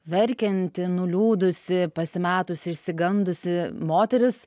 verkianti nuliūdusi pasimetusi išsigandusi moteris